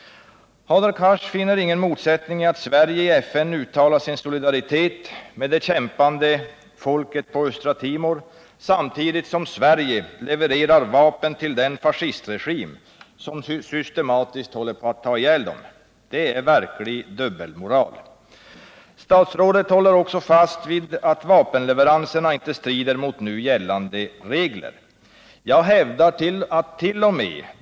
Hadar Cars finner ingen motsättning i att Sverige i FN uttalar sin solidaritet med det kämpande folket på Östra Timor samtidigt som Sverige levererar vapen till den fascistregim som systematiskt håller på att ha ihjäl dem. Det är verkligen dubbelmoral. Statsrådet håller också fast vid att vapenleveranserna inte strider mot nu gällande regler. Jag hävdar attt.o.m.